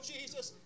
Jesus